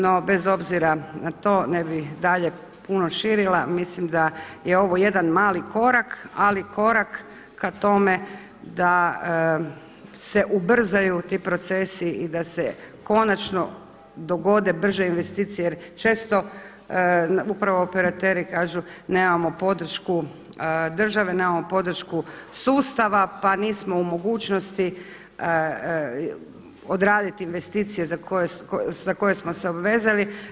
No bez obzira na to ne bih dalje puno širila, mislim da je ovo jedan mali korak, ali korak ka tome da se ubrzaju ti procesi i da se konačno dogode brže investicije jer često upravo operateri kažu nemamo podršku države, nemamo podršku sustava pa nismo u mogućnosti odraditi investicije za koje smo se obvezali.